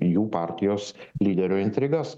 jų partijos lyderio intrigas